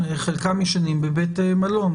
חלקם ישנם בבית מלון.